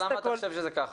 למה אתה חושב שזה ככה?